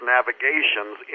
Navigations